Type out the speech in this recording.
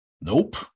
Nope